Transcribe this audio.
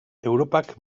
europak